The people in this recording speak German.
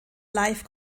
live